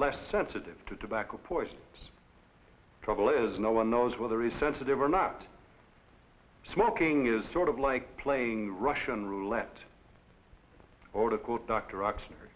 less sensitive to tobacco poison trouble is no one knows where there is sensitive or not smoking is sort of like playing russian roulette or to call dr ochsner